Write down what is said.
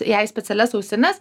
jai specialias ausines